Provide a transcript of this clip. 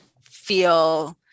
feel